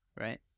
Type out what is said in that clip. Right